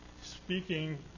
speaking